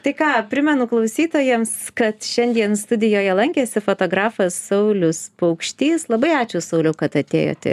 tai ką primenu klausytojams kad šiandien studijoje lankėsi fotografas saulius paukštys labai ačiū sauliau kad atėjote